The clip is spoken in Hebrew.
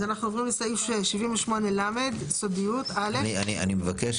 אז אנחנו עוברים לסעיף 78ל. אני מבקש